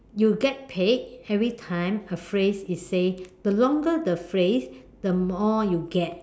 you get paid every time a phrase is said the longer the phrase the more you get